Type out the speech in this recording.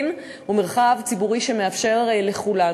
מרחב ציבורי תקין הוא מרחב ציבורי שמאפשר לכולנו.